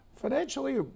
Financially